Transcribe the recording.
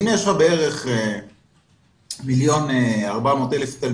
אם יש לך כ-1.4 תלמידים,